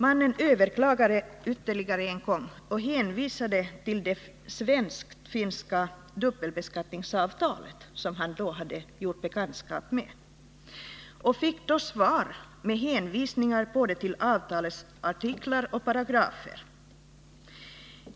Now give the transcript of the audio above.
Mannen överklagade ytterligare en gång och hänvisade till det svensk-finska dubbelbeskattningsavtalet, som han då hade gjort bekantskap med, och fick då svar med hänvisningar till både avtalets artiklar och paragrafer.